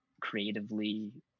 creatively